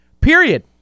period